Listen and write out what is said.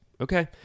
Okay